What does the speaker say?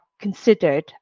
considered